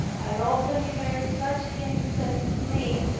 i often heard such things said of me,